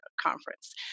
conference